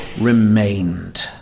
remained